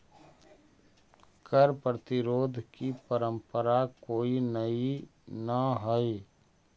कर प्रतिरोध की परंपरा कोई नई न हई